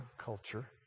culture